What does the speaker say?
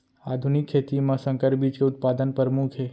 आधुनिक खेती मा संकर बीज के उत्पादन परमुख हे